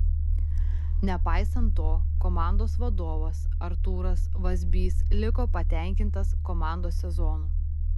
nepaisant to komandos vadovas artūras vazbys liko patenkintas komandos sezonu